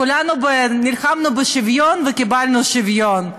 כולנו נלחמנו בשוויון וקיבלנו שוויון.